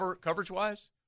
coverage-wise